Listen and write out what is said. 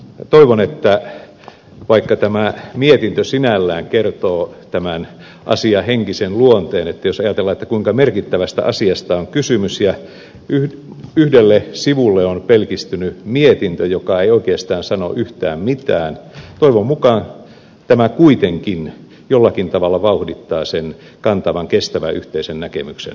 toivon että vaikka tämä mietintö sinällään kertoo tämän asian henkisen luonteen jos ajatellaan kuinka merkittävästä asiasta on kysymys ja yhdelle sivulle on pelkistynyt mietintö joka ei oikeastaan sano yhtään mitään tämä kuitenkin jollakin tavalla vauhdittaa sen kantavan kestävän yhteisen näkemyksen rakentamista